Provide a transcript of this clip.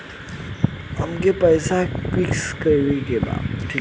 अमके पैसा फिक्स करे के बा?